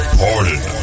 pardon